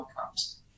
outcomes